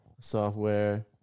Software